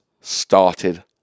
started